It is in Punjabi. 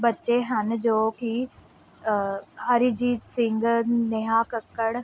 ਬੱਚੇ ਹਨ ਜੋ ਕਿ ਅਰੀਜੀਤ ਸਿੰਘ ਨੇਹਾ ਕੱਕੜ